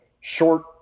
short